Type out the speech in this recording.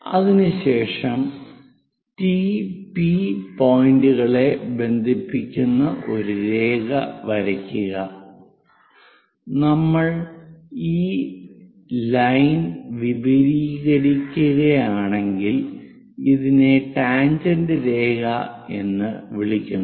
അതിനുശേഷം T P T P പോയിന്റുകളെ ബന്ധിപ്പിക്കുന്ന ഒരു രേഖ വരയ്ക്കുക നമ്മൾ ഈ ലൈൻ വിപുലീകരിക്കുകയാണെങ്കിൽ ഇതിനെ ടാൻജെന്റ് രേഖ എന്ന് വിളിക്കുന്നു